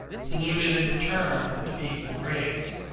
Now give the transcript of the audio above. saluted in return with equal grace.